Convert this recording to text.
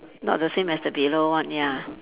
not the same as the below one ya